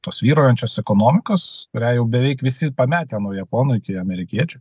tos vyraujančios ekonomikos kurią jau beveik visi pametę nuo japonų iki amerikiečių